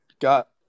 got